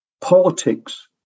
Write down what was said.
politics